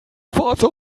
warze